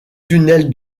tunnel